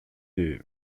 des